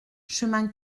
chemin